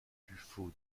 tuffeau